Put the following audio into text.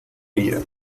ella